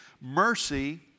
Mercy